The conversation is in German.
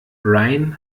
rayen